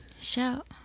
shout